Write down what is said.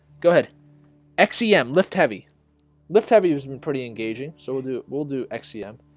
go ahead xcm lift heavy lift heavy users been pretty engaging, so we'll do we'll do xcm